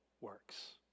works